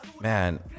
Man